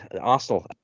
Arsenal